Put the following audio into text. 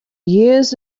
years